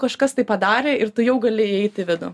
kažkas tai padarė ir tu jau gali įeiti į vidų